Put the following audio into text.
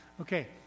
Okay